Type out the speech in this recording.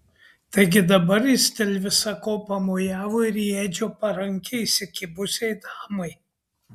taigi dabar jis dėl visa ko pamojavo ir į edžio parankę įsikibusiai damai